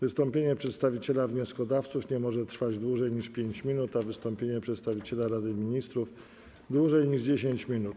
Wystąpienie przedstawiciela wnioskodawców nie może trwać dłużej niż 5 minut, a wystąpienie przedstawiciela Rady Ministrów - dłużej niż 10 minut.